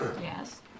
Yes